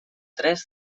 tres